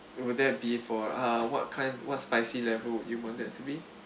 will there be for uh what kind what spicy level would you want that to be